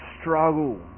struggle